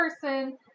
person